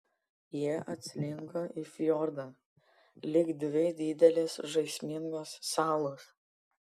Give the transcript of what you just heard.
jie atslinko į fjordą lyg dvi didelės žaismingos salos